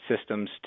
systems